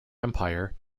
empire